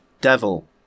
devil